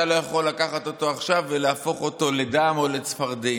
אתה לא יכול לקחת אותו עכשיו ולהפוך אותו לדם או לצפרדעים,